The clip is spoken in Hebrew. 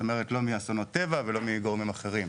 כלומר לא מאסונות טבע או גורמים אחרים.